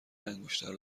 انگشتر